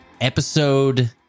Episode